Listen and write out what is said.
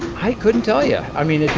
i couldn't tell you. i mean,